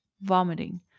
vomiting